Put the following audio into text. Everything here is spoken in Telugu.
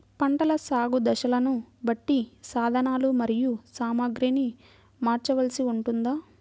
పంటల సాగు దశలను బట్టి సాధనలు మరియు సామాగ్రిని మార్చవలసి ఉంటుందా?